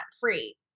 free